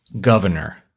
governor